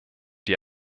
die